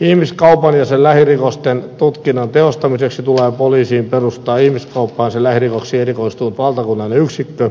ihmiskaupan ja sen lähirikosten tutkinnan tehostamiseksi tulee poliisiin perustaa ihmiskauppaan ja sen lähirikoksiin erikoistunut valtakunnallinen yksikkö